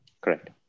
Correct